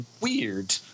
weird